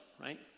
right